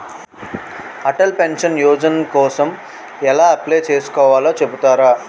Atal pension Yojana కోసం ఎలా apply చేసుకోవాలో చెపుతారా?